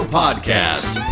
podcast